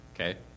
Okay